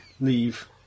leave